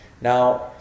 Now